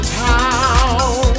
town